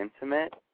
intimate